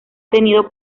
tenido